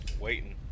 Waiting